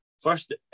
first